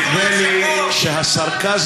נדמה לי שהסרקזם,